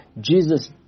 Jesus